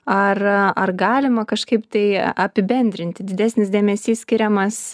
ar ar galima kažkaip tai apibendrinti didesnis dėmesys skiriamas